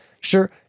Sure